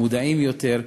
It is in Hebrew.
מודעים יותר,